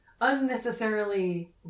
unnecessarily